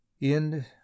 End